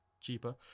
cheaper